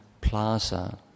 plaza